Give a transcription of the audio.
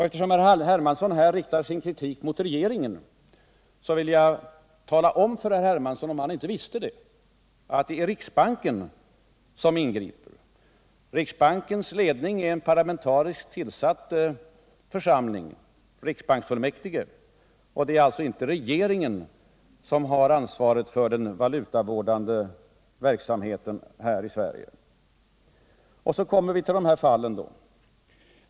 Eftersom herr Hermansson här riktat sin kritik mot regeringen vill jag tala om för herr Hermansson, om han inte redan vet det, att det är riksbanken som ingriper. Riksbanksledningen är en parlamentariskt tillsatt församling — riksbanksfullmäktige — och det är alltså inte regeringen som har ansvaret för den valutavårdande verksamheten i Sverige. Så kommer vi till de här fem fallen.